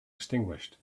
extinguished